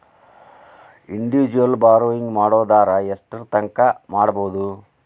Individual borrowing ಮಾಡೊದಾರ ಯೆಷ್ಟರ್ತಂಕಾ ಮಾಡ್ಬೋದು?